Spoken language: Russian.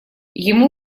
ему